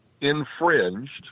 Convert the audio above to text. infringed